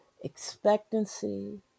expectancy